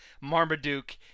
Marmaduke